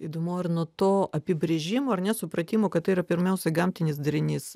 įdomu ar nuo to apibrėžimo ar ne supratimo kad tai yra pirmiausia gamtinis darinys